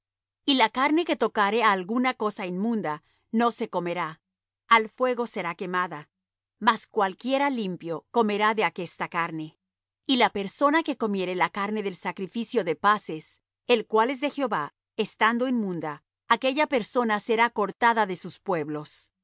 y la carne que tocare á alguna cosa inmunda no se comerá al fuego será quemada mas cualquiera limpio comerá de aquesta carne y la persona que comiere la carne del sacrificio de paces el cual es de jehová estando inmunda aquella persona será cortada de sus pueblos